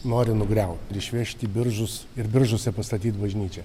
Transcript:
nori nugriaut ir išvežt į biržus ir biržuose pastatyt bažnyčią